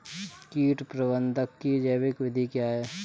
कीट प्रबंधक की जैविक विधि क्या है?